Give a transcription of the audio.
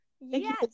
Yes